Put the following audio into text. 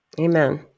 Amen